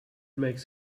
makes